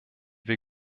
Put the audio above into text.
wir